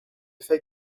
fais